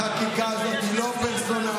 החקיקה הזאת היא לא פרסונלית,